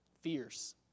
fierce